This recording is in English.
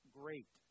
great